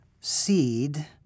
seed